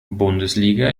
bundesliga